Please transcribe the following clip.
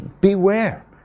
Beware